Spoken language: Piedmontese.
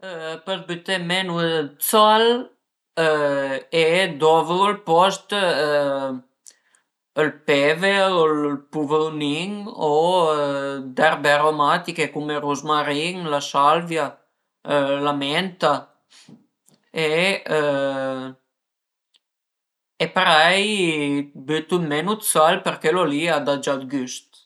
Pös büté menu d'sal e dovru al post ël pever u ël puvrunin o d'erbe aromatiche cume ël ruzmarin u la salvia, la menta e e parei bütu menu d'sal përché lo li a da gia d'güst